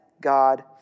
God